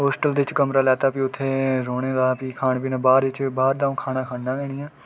hostel बिच कमरा लैता भी उत्थै रौह्ने दा भी खान पीन बाह्ऱ च बाहर दा ते अ'ऊं खन्ना गै निं ऐ